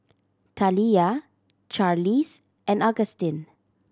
Taliyah Charlize and Agustin